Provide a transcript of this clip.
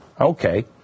Okay